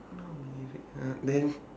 uh then